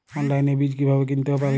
অনলাইনে বীজ কীভাবে কিনতে পারি?